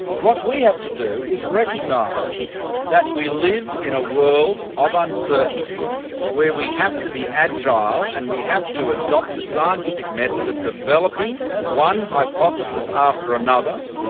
what we have to do is recognise that we live in a world of uncertainty where we have to be agile and we have to adopt the scientific method of developing one hypothesis after another,